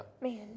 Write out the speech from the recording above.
Man